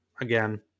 Again